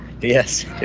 Yes